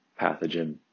pathogen